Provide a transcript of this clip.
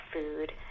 food